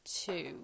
two